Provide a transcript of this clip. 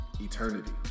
eternity